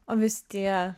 o visi tie